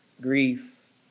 grief